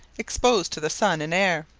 exposed to the sun and air.